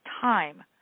time